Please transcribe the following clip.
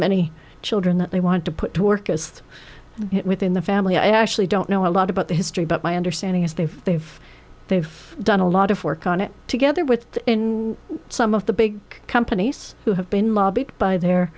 many children that they wanted to put to work as within the family i actually don't know a lot about their history but my understanding is they've they've they've done a lot of work on it together with some of the big companies who have been